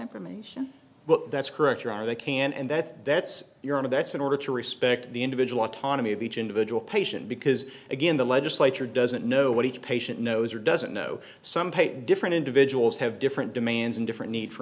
information well that's correct or are they can and that's that's your honor that's in order to respect the individual autonomy of each individual patient because again the legislature doesn't know what each patient knows or doesn't know some pate different individuals have different demands and different need for